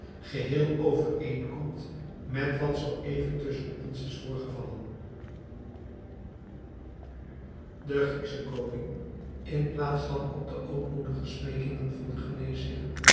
geheel overeenkomt met wat zoo even tusschen ons is voorgevallen de grieksche koning in plaats van op de ootmoedige smeekingen van